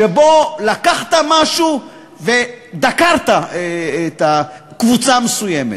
שבו לקחת משהו ודקרת את הקבוצה המסוימת.